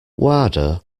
wada